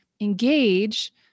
engage